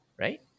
right